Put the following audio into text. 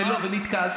ונתקע.